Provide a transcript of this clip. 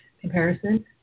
comparison